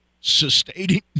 sustaining